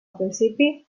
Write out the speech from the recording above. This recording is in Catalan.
principi